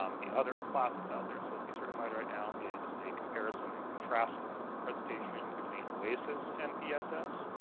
um the other classes out there so clp-certified right now is a comparison and contrast presentation between oasis and pss,